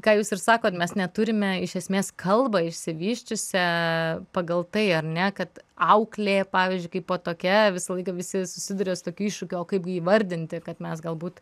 ką jūs ir sakot mes net turime iš esmės kalbą išsivysčiusią pagal tai ar ne kad auklė pavyzdžiui kaipo tokia visą laiką visi susiduria su tokiu iššūkiu o kaip gi įvardinti kad mes galbūt